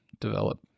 develop